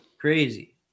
crazy